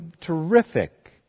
terrific